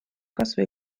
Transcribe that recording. kasvõi